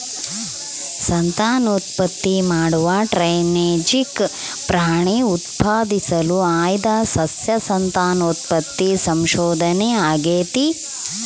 ಸಂತಾನೋತ್ಪತ್ತಿ ಮಾಡುವ ಟ್ರಾನ್ಸ್ಜೆನಿಕ್ ಪ್ರಾಣಿ ಉತ್ಪಾದಿಸಲು ಆಯ್ದ ಸಸ್ಯ ಸಂತಾನೋತ್ಪತ್ತಿ ಸಂಶೋಧನೆ ಆಗೇತಿ